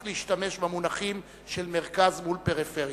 להשתמש במונחים של מרכז מול פריפריה,